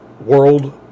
world